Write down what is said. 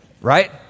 Right